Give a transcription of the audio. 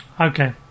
okay